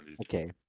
Okay